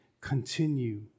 continue